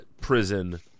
prison